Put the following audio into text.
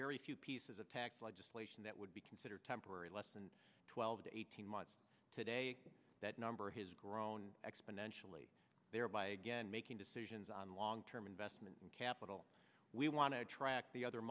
very few pieces of tax legislation that would be considered temporary less than twelve to eighteen months today that number has grown exponentially thereby again making decisions on long term investment capital we want to attract the other